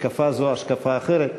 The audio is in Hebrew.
השקפה זו או השקפה אחרת,